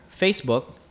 Facebook